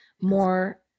more